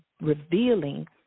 revealing